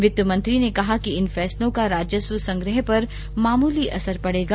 वित्त मंत्री ने कहा कि इन फैसलों का राजस्व संग्रह पर मामूली असर पड़ेगा